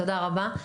תודה רבה.